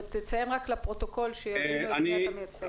תציין לפרוטוקול את מי אתה מייצג.